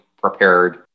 prepared